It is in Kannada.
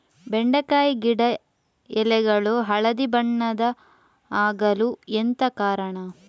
ಬೆಂಡೆಕಾಯಿ ಗಿಡ ಎಲೆಗಳು ಹಳದಿ ಬಣ್ಣದ ಆಗಲು ಎಂತ ಕಾರಣ?